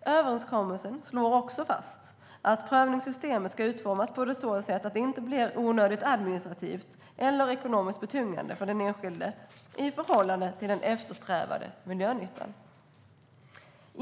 Överenskommelsen slår också fast att prövningssystemet ska utformas på ett sätt som inte blir onödigt administrativt och ekonomiskt betungande för den enskilde i förhållande till den eftersträvade miljönyttan.